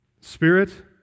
Spirit